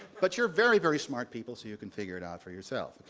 but you're very, very smart people so you can figure it out for yourself.